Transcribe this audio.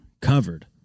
covered